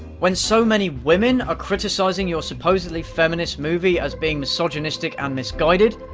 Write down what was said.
when so many women are criticizing your supposedly feminist movie as being misogynistic and misguided,